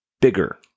bigger